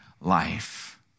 life